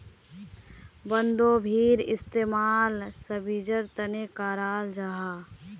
बन्द्गोभीर इस्तेमाल सब्जिर तने कराल जाहा